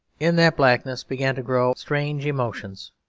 in that blackness began to grow strange emotions,